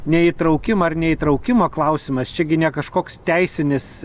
neįtraukimą ar neįtraukimo klausimas čia gi ne kažkoks teisinis